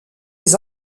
les